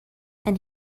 and